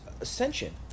ascension